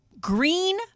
green